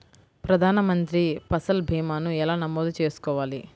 ప్రధాన మంత్రి పసల్ భీమాను ఎలా నమోదు చేసుకోవాలి?